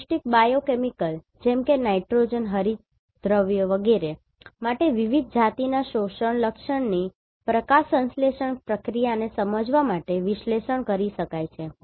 પૌષ્ટિક બાયોકેમિકલ જેમ કે નાઇટ્રોજન હરિતદ્રવ્ય વગેરે માટે વિવિધ જાતિના શોષણ લક્ષણની પ્રકાશસંશ્લેષણ પ્રક્રિયાને સમજવા માટે વિશ્લેષણ કરી શકાય છે